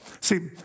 See